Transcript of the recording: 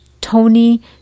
Tony